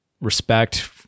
respect